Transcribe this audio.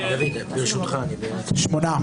הצבעה לא אושרו.